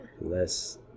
less